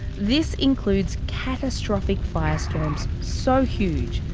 this includes catastrophic firestorms so huge,